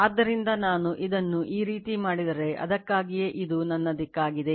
ಆದ್ದರಿಂದ ನಾನು ಇದನ್ನು ಈ ರೀತಿ ಮಾಡಿದರೆ ಅದಕ್ಕಾಗಿಯೇ ಇದು ನನ್ನ ದಿಕ್ಕಾಗಿದೆ